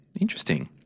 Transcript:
Interesting